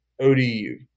ODU